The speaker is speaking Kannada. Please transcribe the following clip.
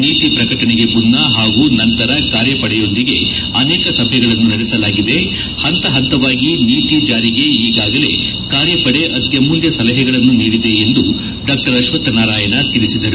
ನೀತಿ ಪ್ರಕಟಣೆಗೆ ಮುನ್ನ ಹಾಗೂ ನಂತರ ಕಾರ್ಯಪಡೆಯೊಂದಿಗೆ ಅನೇಕ ಸಭೆಗಳನ್ನು ನಡೆಸಲಾಗಿದೆ ಹಂತ ಹಂತವಾಗಿ ನೀತಿ ಜಾರಿಗೆ ಈಗಾಗಲೇ ಕಾರ್ಯಪಡೆ ಅತ್ಯಮೂಲ್ಯ ಸಲಹೆಗಳನ್ನು ನೀಡಿದೆ ಎಂದು ಡಾ ಅಶ್ವತ್ಥನಾರಾಯಣ ತಿಳಿಸಿದರು